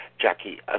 Jackie